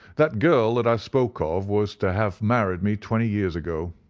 that girl that i spoke of was to have married me twenty years ago.